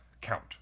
count